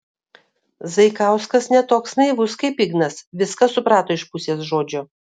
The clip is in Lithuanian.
zaikauskas ne toks naivus kaip ignas viską suprato iš pusės žodžio